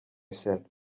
said